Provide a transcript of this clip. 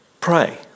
pray